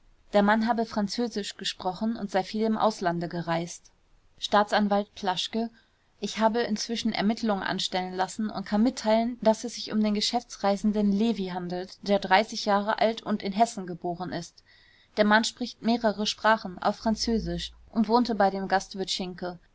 der mann habe französisch gesprochen und sei viel im auslande gereist staatsanwalt plaschke ich habe inzwischen ermittelungen anstellen lassen und kann mitteilen daß es sich um den geschäftsreisenden levy handelt der jahre alt und in hessen geboren ist der mann spricht mehrere sprachen auch französisch und wohnte bei dem gastwirt